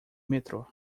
metrô